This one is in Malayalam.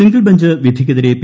സിംഗിൾ ബെഞ്ച്വിധിക്കെതിരേ പി